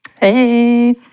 Hey